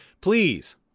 Please